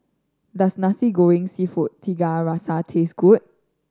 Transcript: does Nasi Goreng Seafood Tiga Rasa taste good